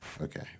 Okay